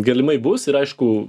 galimai bus ir aišku